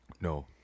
No